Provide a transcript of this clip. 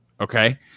Okay